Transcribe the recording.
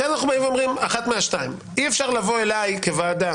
אי אפשר לבוא אליי כוועדה